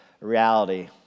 reality